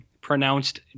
pronounced